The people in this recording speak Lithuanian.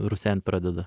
rusent pradeda